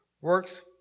Works